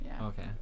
okay